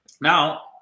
Now